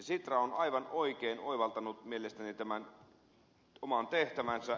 sitra on aivan oikein oivaltanut mielestäni tämän oman tehtävänsä